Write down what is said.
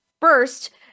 first